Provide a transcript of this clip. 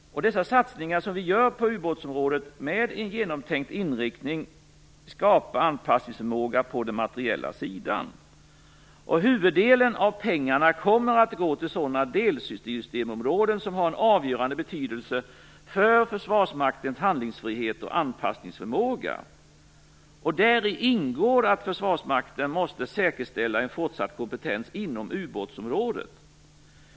Dessa satsningar som vi gör på ubåtsområdet med en genomtänkt inriktning skapar anpassningsförmåga på den materiella sidan. Huvuddelen av pengarna kommer att gå till sådana delsystemområden som har en avgörande betydelse för Försvarsmaktens handlingsfrihet och anpassningsförmåga. Däri ingår att Försvarsmakten måste säkerställa en fortsatt kompetens inom ubåtsområdet.